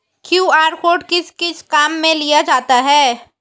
QR code किस किस काम में लिया जाता है?